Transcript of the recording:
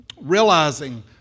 realizing